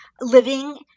living